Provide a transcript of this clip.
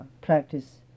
practice